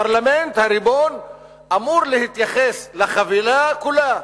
הפרלמנט, הריבון אמור להתייחס לחבילה כולה.